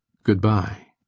good-bye.